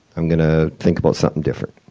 i'm gonna think about something different.